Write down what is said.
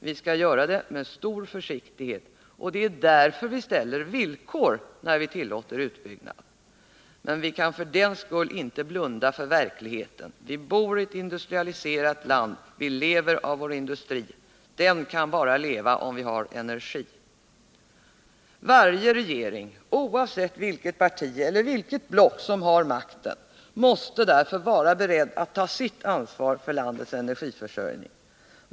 Vi skall göra det med stor försiktighet, och det är därför vi ställer villkor när vi tillåter utbyggnad. Men vi kan för den skull inte blunda för verkligheten. Vi bor i ett industrialiserat land, vi lever av vår industri. Den kan bara leva om vi har energi. Varje regering, oavsett vilket parti eller vilket block som har makten, måste därför vara beredd att ta sitt ansvar för landets energiförsörjning.